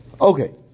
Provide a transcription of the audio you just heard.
Okay